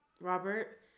Robert